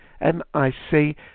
M-I-C